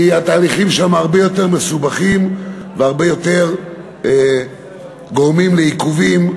כי התהליכים שם הרבה יותר מסובכים והרבה יותר גורמים לעיכובים,